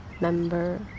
member